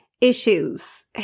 issues